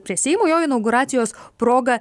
prie seimo jo inauguracijos proga